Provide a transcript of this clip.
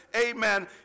amen